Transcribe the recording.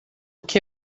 que